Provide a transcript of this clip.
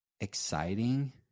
exciting